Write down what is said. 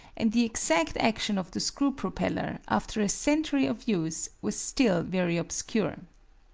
and the exact action of the screw-propeller, after a century of use, was still very obscure.